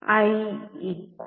IVR